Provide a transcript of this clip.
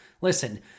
Listen